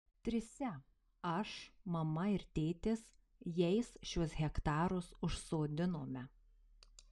trise aš mama ir tėtis jais šiuos hektarus užsodinome